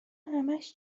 همش